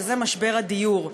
וזה משבר הדיור.